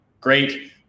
Great